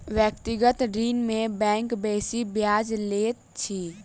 व्यक्तिगत ऋण में बैंक बेसी ब्याज लैत अछि